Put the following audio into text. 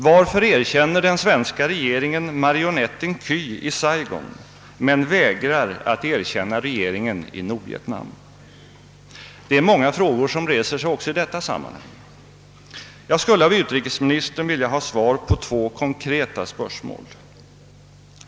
Varför erkänner den svenska regeringen marionetten Ky i Saigon, men vägrar att erkänna regeringen i Nordvietnam? Det är många frågor som reser sig också i detta sammanhang. Jag skulle av utrikesministern vilja ha svar på två konkreta spörsmål.